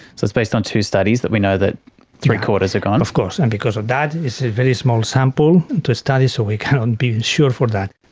so it's based on two studies that we know, that three-quarters are gone. of course, and because of that it's a very small sample to study so we cannot be sure for that.